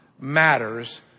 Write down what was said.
matters